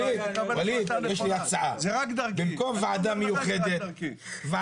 זה רק דרכי.